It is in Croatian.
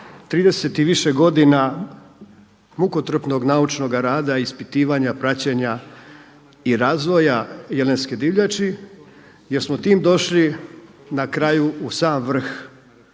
30 i više godina mukotrpnog naučnoga rada i ispitivanja, praćenja i razvoja jelenske divljači, jer smo time došli na kraju u sam vrh